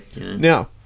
Now